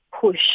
push